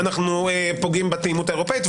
אנחנו פוגעים בתאימות האירופאית,